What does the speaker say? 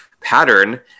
pattern